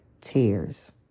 tears